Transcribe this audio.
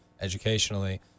educationally